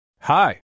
Hi